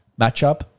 matchup